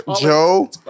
Joe